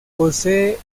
posee